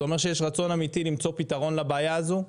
זה אומר שיש רצון אמיתי למצוא פתרון לבעיה הזו.